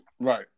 right